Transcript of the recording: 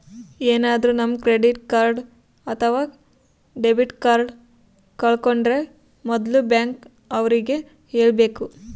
ಏನಾದ್ರೂ ನಮ್ credit card ಅಥವಾ ಡೆಬಿಟ್ ಕಾರ್ಡ್ ಕಳ್ಕೊಂಡ್ರೆ ಮೊದ್ಲು ಬ್ಯಾಂಕ್ ಅವ್ರಿಗೆ ಹೇಳ್ಬೇಕು